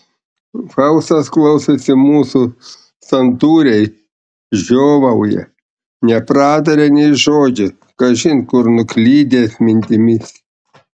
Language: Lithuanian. faustas klausosi mūsų santūriai žiovauja neprataria nė žodžio kažin kur nuklydęs mintimis